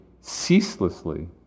ceaselessly